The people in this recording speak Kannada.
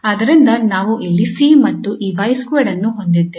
ಆದ್ದರಿಂದ ನಾವು ಇಲ್ಲಿ 𝐶 ಮತ್ತು ಈ 𝑦2 ಅನ್ನು ಹೊಂದಿದ್ದೇವೆ